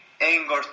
anger